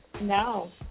No